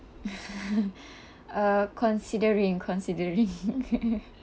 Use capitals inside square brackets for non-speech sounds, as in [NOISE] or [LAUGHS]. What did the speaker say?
[LAUGHS] uh considering considering [LAUGHS]